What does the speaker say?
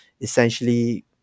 essentially